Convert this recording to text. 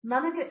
professor